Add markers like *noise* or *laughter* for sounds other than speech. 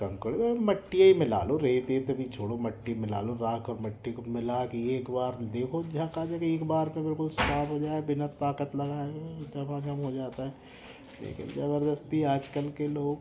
काम करो यार मट्टि ये मिला लो रेत एट अभी छोड़ो मट्टी मिला लो राख़ और मट्टी को मिला के एक बार देखो *unintelligible* एक बार तो बिल्कुल साफ़ हो जाए बिना ताक़त लगाए हुए धमाधम हो जाता है ज़बरदस्ती आज कल के लोग